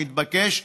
מתבקש,